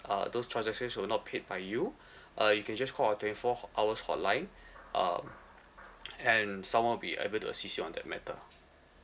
uh those transactions were not paid by you uh you can just call our twenty four hot~ hours hotline um and some one will be able to assist you on that matter